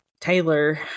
Taylor